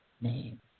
name